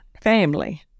family